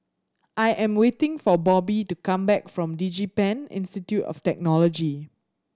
I am waiting for Bobbye to come back from DigiPen Institute of Technology